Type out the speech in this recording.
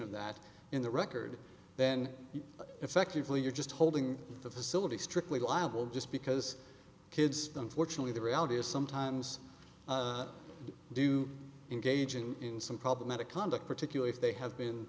of that in the record then effectively you're just holding the facility strictly liable just because kids don't fortunately the reality is sometimes do engaging in some problematic conduct particularly if they have been